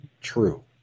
true